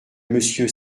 monsieur